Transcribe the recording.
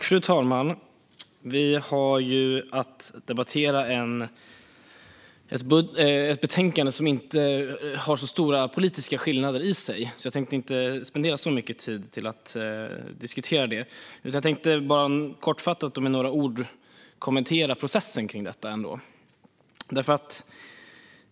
Fru talman! Vi har att debattera ett betänkande som inte har så stora politiska skillnader i sig. Jag tänkte därför inte spendera så mycket tid på att diskutera det. Jag ska kortfattat med några ord ändå kommentera processen för detta.